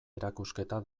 erakusketa